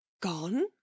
gone